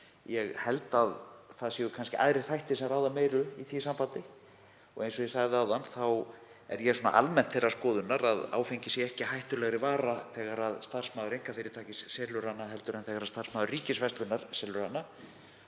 Ég held að það séu kannski aðrir þættir sem ráða meiru í því sambandi. Eins og ég sagði áðan er ég almennt þeirrar skoðunar að áfengi sé ekki hættulegri vara þegar starfsmaður einkafyrirtækis selur hana en þegar starfsmaður ríkisverslunar selur hana.